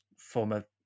former